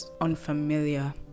unfamiliar